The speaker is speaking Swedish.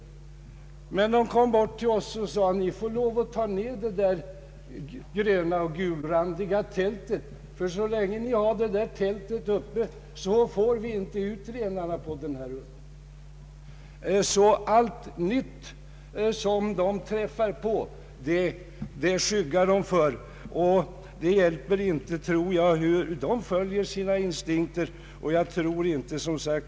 Samerna kom då bort till oss och sade åt oss att ta ned det gröna och gulrandiga tältet, ty så länge vi hade det uppslaget kunde de inte få ut renarna på udden, sade de. Allt nytt som renarna träffar på skyggar de för — de följer sina instinkter.